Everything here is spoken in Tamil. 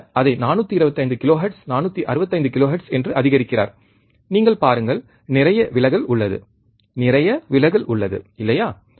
அவர் அதை 425 கிலோஹெர்ட்ஸ் 465 கிலோஹெர்ட்ஸ் என்று அதிகரிக்கிறார் நீங்கள் பாருங்கள் நிறைய விலகல் உள்ளது நிறைய விலகல் உள்ளது இல்லையா